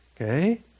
Okay